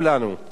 תודה.